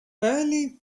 barely